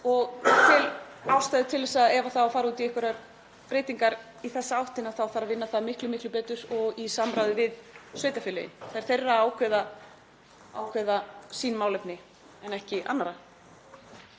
greiða atkvæði gegn þessu máli. Ef fara á út í einhverjar breytingar í þessa áttina þá þarf að vinna það miklu betur og í samráði við sveitarfélögin. Það er þeirra að ákveða sín málefni en ekki annarra.